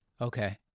Okay